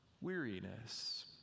weariness